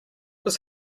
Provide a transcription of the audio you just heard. was